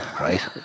right